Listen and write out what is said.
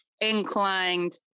inclined